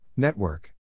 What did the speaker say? Network